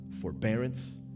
forbearance